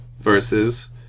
versus